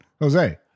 Jose